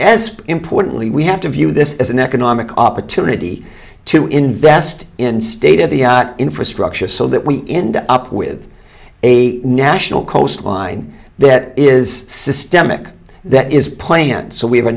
as importantly we to view this as an economic opportunity to invest in state of the infrastructure so that we end up with a national coastline that is systemic that is plain and so we have a